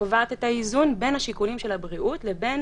שקובעת את האיזון בין השיקולים של הבריאות לבין